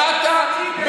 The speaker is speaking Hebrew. שמעת?